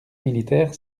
militaire